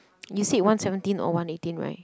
you said one seventeen or one eighteen right